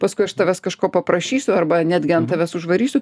paskui aš tavęs kažko paprašysiu arba netgi ant tavęs užvarysiu